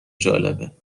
جالبه